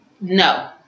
no